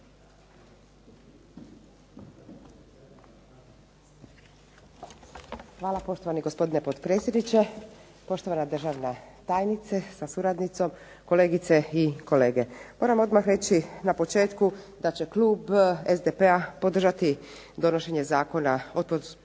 Hvala poštovani gospodine potpredsjedniče, poštovana državna tajnice sa suradnicom, kolegice i kolege. Moram odmah reći na početku da će klub SDP-a podržati donošenje Zakona o potvrđivanju